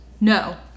No